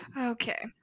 okay